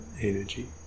energy